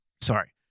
sorry